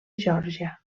geòrgia